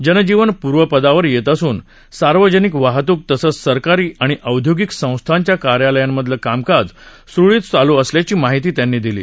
जनजीवन पूर्वपदावर येत असून सार्वजनिक वाहतूक तसंच सरकारी आणि औद्योगिक संस्थांच्या कार्यालयांमधलं कामकाज स्रळीत चालू असल्याची माहिती त्यांनी दिली